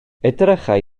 edrychai